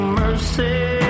mercy